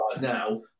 now